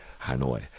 Hanoi